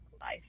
life